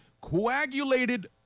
coagulated